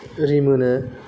रिमोनो